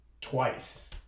twice